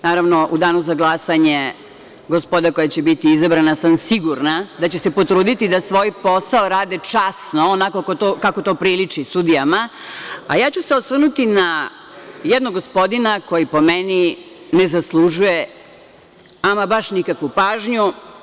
Naravno, u Danu za glasanje gospoda koja će biti izabrana sam sigurna da će se potruditi da svoj posao rade časno, onako kako to priliči sudijama, a ja ću se osvrnuti na jednog gospodina koji, po meni, ne zaslužuje ama baš nikakvu pažnju.